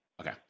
Okay